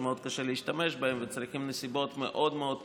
שמאוד קשה להשתמש בהן וצריכים נסיבות מאוד מאוד כבדות.